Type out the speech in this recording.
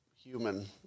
human